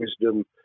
wisdom